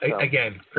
Again